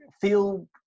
feel